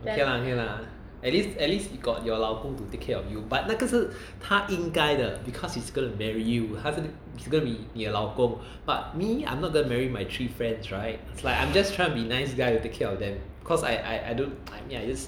okay lah okay lah at least at least got your 老公 to take care of you but 那个是应该的 because he's gonna marry you 他是 he's gonna be 你的老公 but me I'm not gonna marry my three friends right is like I'm just trying to be nice guy take care of them cause I I I don't I mean I just